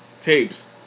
tapes